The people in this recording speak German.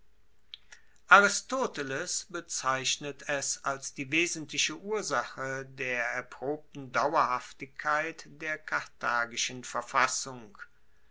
aristoteles bezeichnet es als die wesentliche ursache der erprobten dauerhaftigkeit der karthagischen verfassung